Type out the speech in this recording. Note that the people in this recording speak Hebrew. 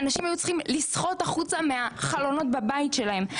אנשים היו צריכים לשחות החוצה מהחלונות בבית שלהם.